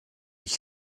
ich